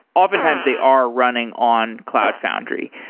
oftentimes they are running on cloud foundry.